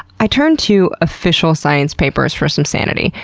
i turned to official science papers for some sanity.